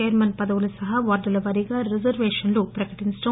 chairman పదవులు సహా వార్డుల వారీగా రిజర్వేషన్లు ప్రకటించడం